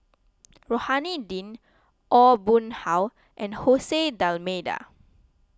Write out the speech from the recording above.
Rohani Din Aw Boon Haw and Jose D'Almeida